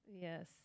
Yes